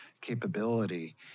capability